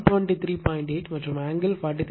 8 மற்றும் ஆங்கிள் 43